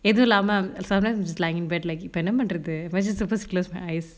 எது இல்லாம:ethu illama sometimes you just laying in bed like இப்ப என்ன பண்றது:ippa enna panrathu close my eyes